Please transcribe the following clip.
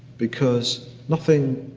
because nothing,